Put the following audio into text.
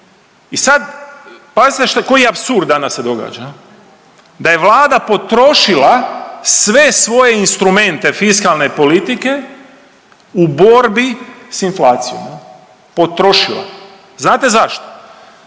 I sad, pazite koji apsurd danas se događa? Da je Vlada potrošila sve svoje instrumente fiskalne politike u borbi sa inflacijom, potrošila. Znate zašto?